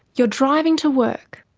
you're driving to work,